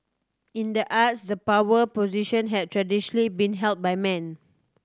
in the arts the power position have traditionally been held by men